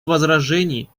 возражений